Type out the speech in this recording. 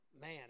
man